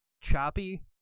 choppy